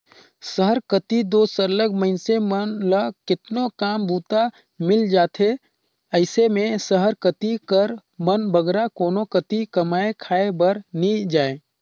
सहर कती दो सरलग मइनसे मन ल केतनो काम बूता मिल जाथे अइसे में सहर कती कर मन बगरा कोनो कती कमाए खाए बर नी जांए